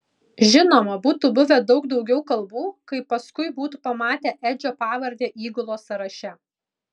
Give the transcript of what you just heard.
žinoma būtų buvę daug daugiau kalbų kai paskui būtų pamatę edžio pavardę įgulos sąraše